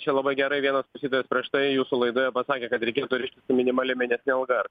čia labai gerai vienas klausytojas prieš tai jūsų laidoje pasakė kad reikėtų rišti su minimalia mėnesine alga